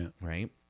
Right